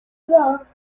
graphs